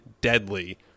deadly